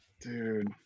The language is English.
Dude